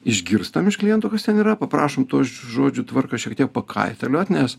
išgirstam iš kliento kas ten yra paprašom tų žodžių tvarką šiek tiek pakaitaliot nes